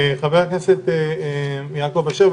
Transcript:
חבר הכנסת יעקב אשר,